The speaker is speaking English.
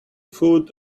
food